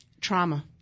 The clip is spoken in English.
Trauma